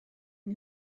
yng